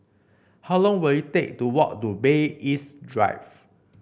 how long will it take to walk to Bay East Drive